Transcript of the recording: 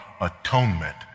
atonement